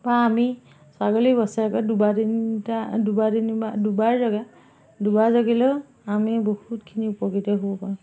পৰা আমি ছাগলী বছৰেকৈ দুবাৰ তিনিটা দুবাৰ দিন বা দুবাৰ জগে দুবাৰ জগিলেও আমি বহুতখিনি উপকৃত হ'ব পাৰোঁ